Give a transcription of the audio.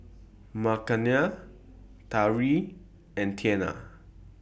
Makenna Tariq and Tianna